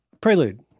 prelude